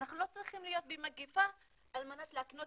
אנחנו לא צריכים להיות במגיפה על מנת להקנות